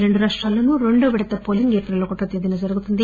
రెండు రాష్టాల్లో రెండో విడత వోలింగ్ ఏప్రిల్ ఒకటవ తేదీన జరుగుతుంది